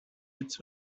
its